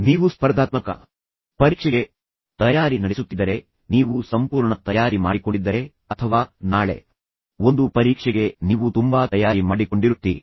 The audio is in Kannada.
ನೀವು ಸ್ಪರ್ಧಾತ್ಮಕ ಪರೀಕ್ಷೆಗೆ ತಯಾರಿ ನಡೆಸುತ್ತಿದ್ದರೆ ನೀವು ಸಂಪೂರ್ಣ ತಯಾರಿ ಮಾಡಿಕೊಂಡಿದ್ದರೆ ಅಥವಾ ನಾಳೆ ಒಂದು ಪರೀಕ್ಷೆಗೆ ನೀವು ತುಂಬಾ ತಯಾರಿ ಮಾಡಿಕೊಂಡಿರುತ್ತೀರಿ